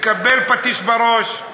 תקבל פטיש בראש.